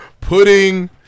Putting